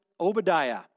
Obadiah